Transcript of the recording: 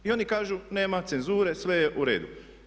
I oni kažu nema cenzure, sve je u redu.